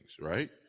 right